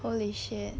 holy shit